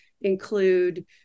include